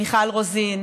מיכל רוזין,